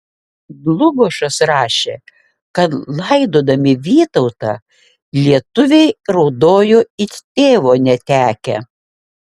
dlugošas rašė kad laidodami vytautą lietuviai raudojo it tėvo netekę